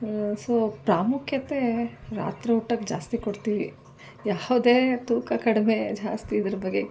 so ಪ್ರಾಮುಖ್ಯತೆ ರಾತ್ರಿ ಊಟಕ್ಕೆ ಜಾಸ್ತಿ ಕೊಡ್ತೀವಿ ಯಾವುದೇ ತೂಕ ಕಡಿಮೆ ಜಾಸ್ತಿ ಇದ್ರ ಬಗ್ಗೆ